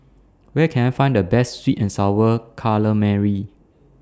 Where Can I Find The Best Sweet and Sour Calamari